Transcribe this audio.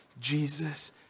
Jesus